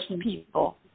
people